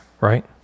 right